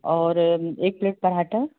और एक प्लेट पराठा